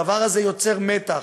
הדבר הזה יוצר מתח.